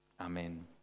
Amen